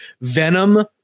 Venom